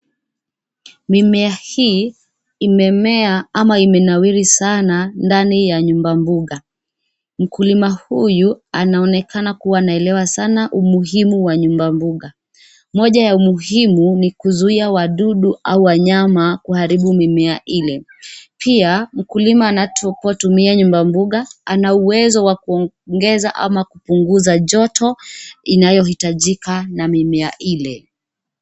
Mimea hii imemea ama imenawiri sana ndani ya nyumba mbuga, mkulima huyu anaonekana kuwa anaelewa sana umuhimu wa nyumba mbuga, moja ya umuhimu ni kuzuia wadudu au wanyama kuharibu mimea ile, pia, mkulima anapotumia nyumba mbuga, ana uwezo wa kuongeza ama kupunguza joto, inayohitajika na mimea ile.